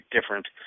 different